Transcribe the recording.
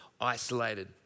isolated